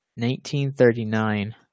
1939